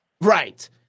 Right